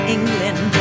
England